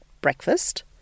breakfast